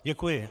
Děkuji.